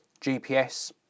GPS